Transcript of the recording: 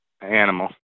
animal